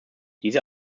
diese